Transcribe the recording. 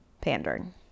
pandering